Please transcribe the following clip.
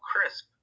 crisp